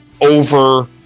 over